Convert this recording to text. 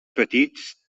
petits